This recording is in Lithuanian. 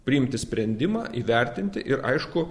priimti sprendimą įvertinti ir aišku